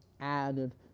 added